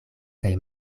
kaj